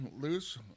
loose